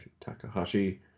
Takahashi